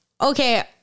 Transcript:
okay